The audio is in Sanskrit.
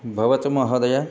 भवतु महोदय